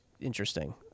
interesting